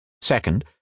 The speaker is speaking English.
Second